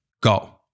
go